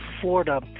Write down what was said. Florida